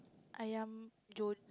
Ayam Jo~